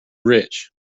rich